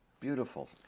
Beautiful